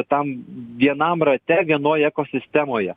tam vienam rate vienoj ekosistemoje